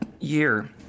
year